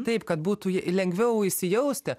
taip kad būtų lengviau įsijausti